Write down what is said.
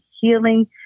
healing